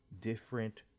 different